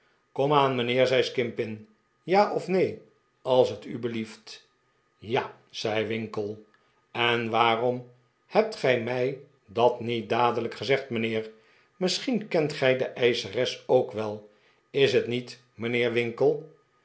komaan mijnheer zei skimpin ja of neen als t u belieft ja zei winkle en waarom hebt gij mij dat niet dadelijk gezegd mijnheer misschien kent gij de eischeres ook wel is het niet mijnheer winkle